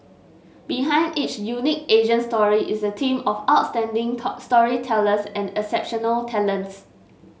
behind each unique Asian story is a team of outstanding storytellers and exceptional talents